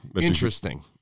Interesting